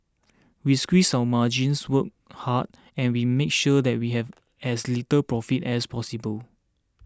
we squeeze our margins work hard and we make sure that we have as little profit as possible